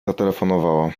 zatelefonowała